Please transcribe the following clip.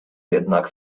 jednak